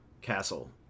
castle